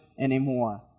anymore